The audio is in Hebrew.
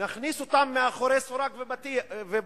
נכניס אותם מאחורי סורג ובריח,